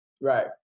Right